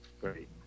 Great